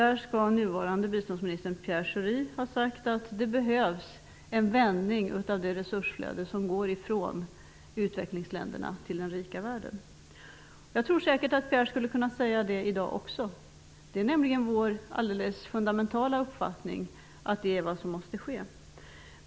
Där skulle nuvarande biståndsministern Pierre Schori ha sagt att det behövs en vändning av det resursflöde som går från utvecklingsländerna till den rika världen. Jag tror säkert att Pierre Schori skulle kunna säga det i dag också. Det är nämligen vår alldeles fundamentala uppfattning att det är vad som måste ske.